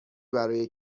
برای